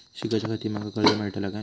शिकाच्याखाती माका कर्ज मेलतळा काय?